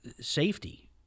Safety